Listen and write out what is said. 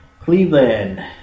Cleveland